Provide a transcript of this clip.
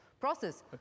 process